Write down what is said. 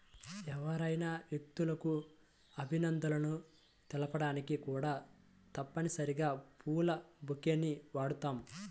ఎవరైనా వ్యక్తులకు అభినందనలు తెలపడానికి కూడా తప్పనిసరిగా పూల బొకేని వాడుతాం